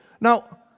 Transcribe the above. Now